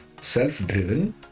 self-driven